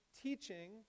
teaching